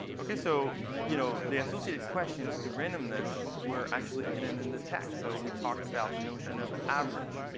ok, so you know the associated questions to randomness were actually hidden in the text. so we talked about the notion of average.